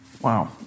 Wow